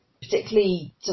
particularly